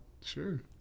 Sure